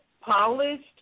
polished